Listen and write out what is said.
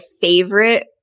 favorite